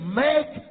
make